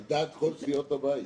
על דעת כל סיעות הבית.